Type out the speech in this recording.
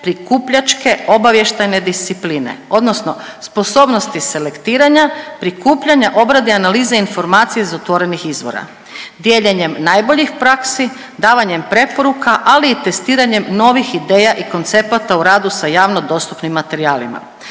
prikupljačke obavještajne discipline odnosno sposobnosti selektiranja, prikupljanja, obrade i analize informacija iz otvorenih izvora, dijeljenjem najboljih praksi, davanjem preporuka, ali i testiranjem novih ideja i koncepata u radu sa javno dostupnim materijalima.